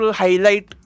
highlight